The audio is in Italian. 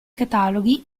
cataloghi